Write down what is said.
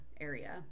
area